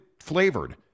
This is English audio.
flavored